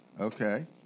Okay